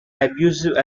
abusive